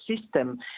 system